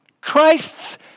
Christ's